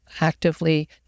actively